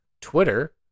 Twitter